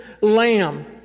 lamb